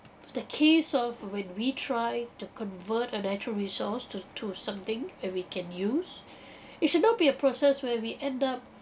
the key solve when we try to convert a natural resource to to something and we can use it should not be a process where we end up